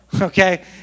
okay